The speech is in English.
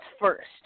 first